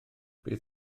bydd